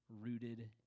rooted